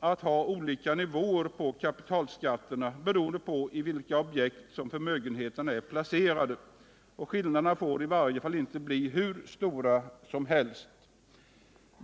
att ha olika nivåer på kapitalskatterna beroende på i vilka objekt förmögenheterna är placerade. Skillnaderna får i varje fall inte bli hur stora som helst.